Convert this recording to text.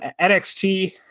NXT